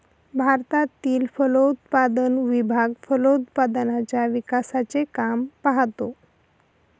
भारतातील फलोत्पादन विभाग फलोत्पादनाच्या विकासाचे काम पाहतो